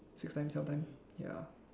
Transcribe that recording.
six time twelve time ya